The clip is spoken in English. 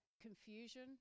confusion